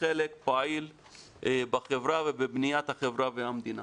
חלק פעיל בחברה ובבניית החברה והמדינה.